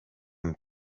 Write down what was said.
and